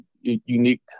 unique